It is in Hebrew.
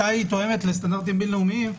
מתי היא תואמת לסטנדרטים בין לאומיים,